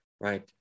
Right